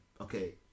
Okay